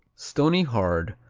stony-hard,